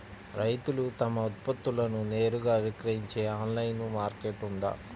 రైతులు తమ ఉత్పత్తులను నేరుగా విక్రయించే ఆన్లైను మార్కెట్ ఉందా?